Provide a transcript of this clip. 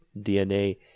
DNA